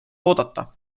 oodata